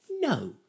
No